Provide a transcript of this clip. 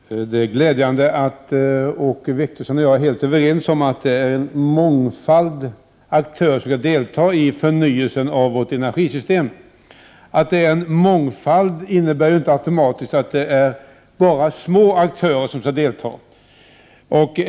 Herr talman! Det är glädjande att Åke Wictorsson och jag är helt överens om att det är en mångfald aktörer som skall delta i förnyelsen av vårt energisystem. Att det är en mångfald innebär inte automatiskt att det bara är små aktörer som skall delta.